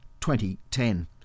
2010